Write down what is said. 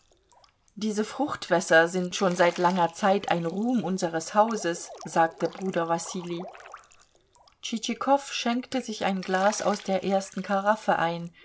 diese fruchtwässer sind schon seit langer zeit ein ruhm unseres hauses sagte bruder wassilij tschitschikow schenkte sich ein glas aus der ersten karaffe ein